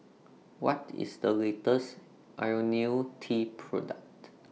What IS The latest Ionil T Product